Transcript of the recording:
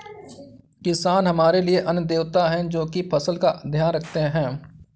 किसान हमारे लिए अन्न देवता है, जो की फसल का ध्यान रखते है